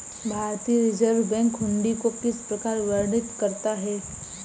भारतीय reserve bank हुंडी को किस प्रकार वर्णित करता है?